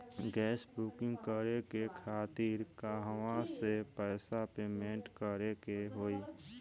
Gas booking करे के खातिर कहवा से पैसा पेमेंट करे के होई?